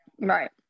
Right